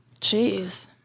Jeez